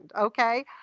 Okay